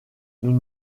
nous